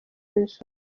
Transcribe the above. nzu